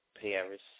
Paris